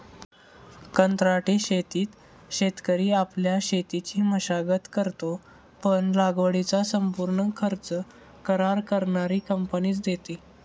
कंत्राटी शेतीत शेतकरी आपल्या शेतीची मशागत करतो, पण लागवडीचा संपूर्ण खर्च करार करणारी कंपनीच देते